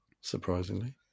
surprisingly